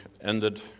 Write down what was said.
ended